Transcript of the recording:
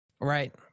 Right